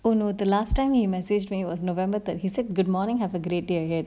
oh no the last time you message me was november thirty that he said good morning have a great day ahead